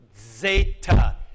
Zeta